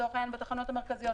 לצורך העניין בתחנות המרכזיות.